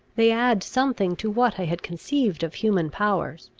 they add something to what i had conceived of human powers.